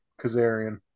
Kazarian